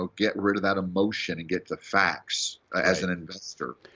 and get rid of that emotion, and get the facts as an investor.